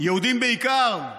יהודים בעיקר,